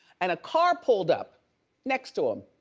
and a car pulled up next to him.